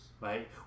Right